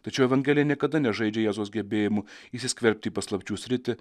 tačiau evangelija niekada nežaidžia jėzaus gebėjimu įsiskverbti į paslapčių sritį